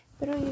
Pero